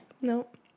Nope